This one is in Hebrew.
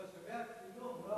שווה הצילום,